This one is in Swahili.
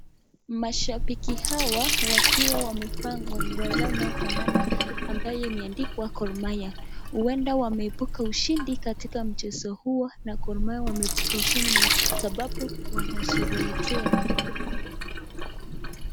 Mashabiki hawa wakiwa wamevaa nguo anayofanana ambayo imeandikwa Gor Mahia, huenda wameibuka ushindi katika mchezo huo na Gor mahia wameibuka washindi kwa sababu wanasherehekea.